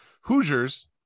Hoosiers